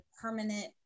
permanent